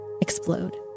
explode